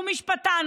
הוא משפטן,